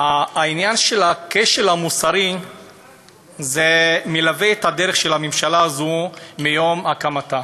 עניין הכשל המוסרי מלווה את דרכה של הממשלה הזאת מיום הקמתה.